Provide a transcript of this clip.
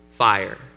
fire